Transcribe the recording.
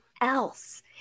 else